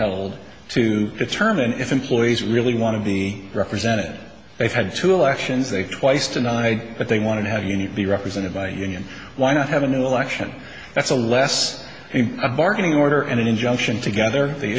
held to determine if employees really want to be represented they've had two elections they twice tonight but they want to have you know be represented by a union why not have an election that's a less a bargaining order and an injunction together the